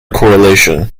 correlation